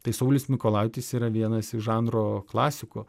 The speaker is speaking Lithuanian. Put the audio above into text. tai saulius mikolaitis yra vienas iš žanro klasikų